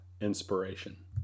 inspiration